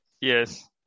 yes